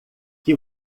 que